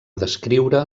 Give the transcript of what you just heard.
descriure